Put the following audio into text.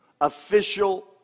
official